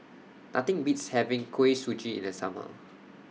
Nothing Beats having Kuih Suji in The Summer